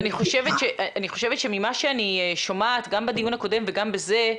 אני חושבת שממה שאני שומעת גם בדיון הקודם וגם בזה,